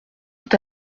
est